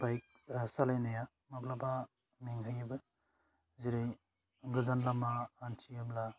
bike राह सालायनाया माब्लाबा मेंहोयोबो जेरै गोजान लामा हान्थियोब्ला